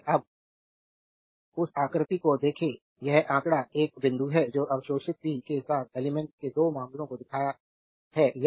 अब उस आकृति को देखें यह आंकड़ा एक बिंदु है जो अवशोषित पी के साथ एलिमेंट्स के 2 मामलों को दिखाता है या